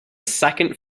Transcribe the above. second